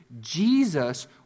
Jesus